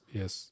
yes